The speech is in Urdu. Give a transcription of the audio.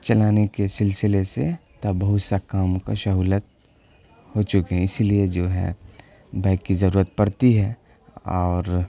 چلانے کے سلسلے سے تو بہت سا کام کا سہولت ہو چکیں اسی لیے جو ہے بائک کی ضرورت پڑتی ہے اور